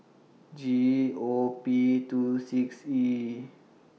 G O P two six E